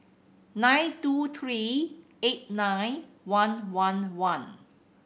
nine two three eight nine one one one